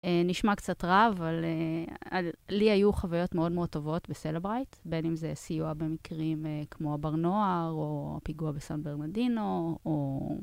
נשמע קצת רע, אבל לי היו חוויות מאוד מאוד טובות בסלברייט, בין אם זה סיוע במקרים כמו הבר נוער, או הפיגוע בסן ברנרדינו, או...